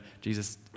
Jesus